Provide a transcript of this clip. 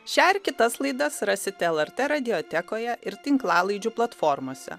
šią ir kitas laidas rasite lrt radiotekoje ir tinklalaidžių platformose